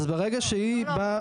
אז ברגע שהיא באה,